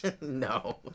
no